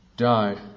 died